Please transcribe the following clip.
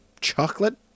chocolate